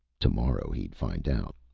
tomorrow he'd find out.